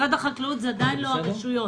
משרד החקלאות זה עדיין לא המועצות האזוריות.